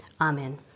Amen